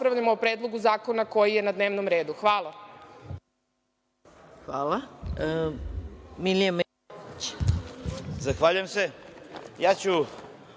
o Predlogu zakona koji je na dnevnom redu. Hvala.